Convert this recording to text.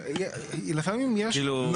לכן שאלתי אם זו שאלת הבהרה.